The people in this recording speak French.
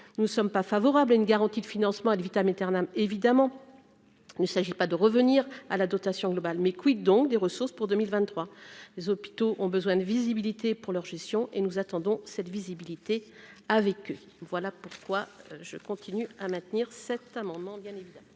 nous ne sommes pas favorables à une garantie de financement ad vitam eternam, évidemment il ne s'agit pas de revenir à la dotation globale mais quid, donc des ressources pour 2023, les hôpitaux ont besoin de visibilité pour leur gestion et nous attendons. Cette visibilité avec eux, voilà pourquoi je continue à maintenir cet amendement bien évidemment.